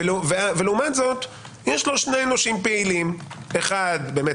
ולעומת זאת יש לו שני נושים פעילים, אחד בנק